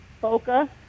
Boca